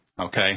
Okay